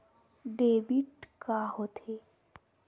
Debit का होथे?